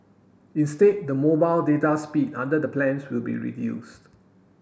instead the mobile data speed under the plans will be reduced